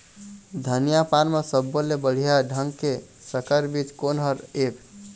धनिया पान म सब्बो ले बढ़िया ढंग के संकर बीज कोन हर ऐप?